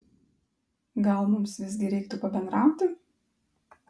gal mums visgi reiktų pabendrauti